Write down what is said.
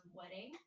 wedding